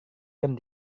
jam